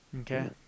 Okay